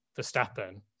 Verstappen